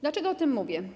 Dlaczego o tym mówię?